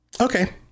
Okay